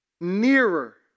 Nearer